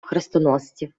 хрестоносців